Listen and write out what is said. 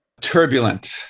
Turbulent